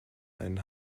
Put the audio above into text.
einen